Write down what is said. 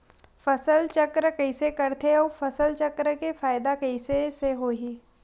फसल चक्र कइसे करथे उ फसल चक्र के फ़ायदा कइसे से होही?